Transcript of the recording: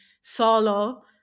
solo